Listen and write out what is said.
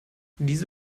diese